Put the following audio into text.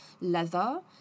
leather